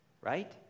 right